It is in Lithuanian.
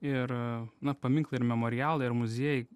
ir na paminklai ir memorialai ir muziejai